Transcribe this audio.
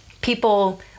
people